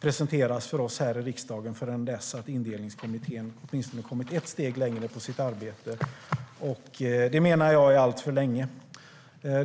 presenteras för oss här i riksdagen förrän Indelningskommittén åtminstone kommit ett steg längre i sitt arbete. Det menar jag är alltför länge.